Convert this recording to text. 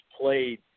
played